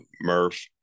Murph